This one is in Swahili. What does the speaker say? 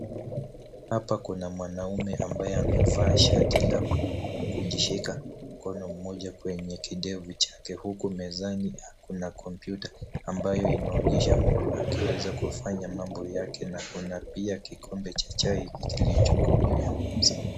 Hapa kuna mwanaume aliyevaa shati la buluu na kujishika mkono mmoja kwenye kidevu chake huku mezani ako na kompyuta ambayo inaonyesha mtu akiweza kufanya mambo yake na kuna pia kikombe cha chai kilicho juu ya meza.